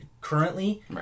currently